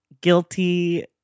guilty